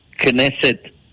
Knesset